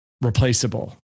Replaceable